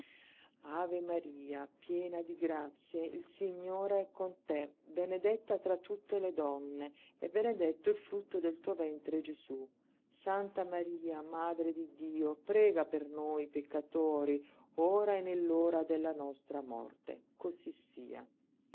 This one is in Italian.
ave maria piena di grazie il signore è con te benedetta tra tutte le donne e benedetto il frutto del tuo ventre gesú santa maria madre di dio prega per noi peccatori ora e nell'ora della nostra morte cosí sia